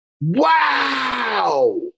Wow